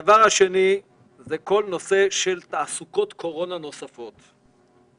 כל נושא תעסוקות קורונה נוספות.